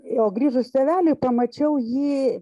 jau grįžus tėveliui pamačiau jį